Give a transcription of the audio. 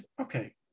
okay